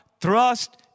Thrust